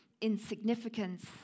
insignificance